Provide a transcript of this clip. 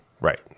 right